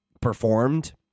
performed